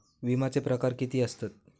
विमाचे प्रकार किती असतत?